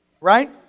right